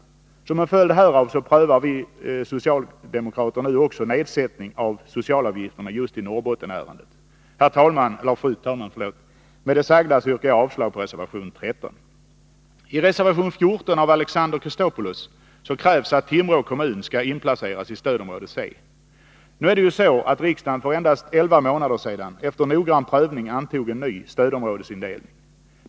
Som en följd härav prövar vi nu också nedsättning av socialavgifterna just i Norrbottensområdet. Fru talman! Med det sagda yrkar jag bifall till utskottets hemställan under mom. 23, vilket innebär avslag på reservation 13. I reservation 14 av Alexander Chrisopoulos krävs att Timrå kommun skall inplaceras i stödområde C. Nu är det ju så, att riksdagen för endast elva månader sedan efter noggrann prövning antog en ny stödområdesindelning.